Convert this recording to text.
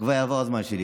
העברתם, אוקיי.